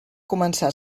començar